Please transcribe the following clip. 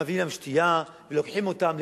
מביאים להם שתייה ולוקחים אותם,